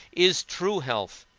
is true health.